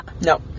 No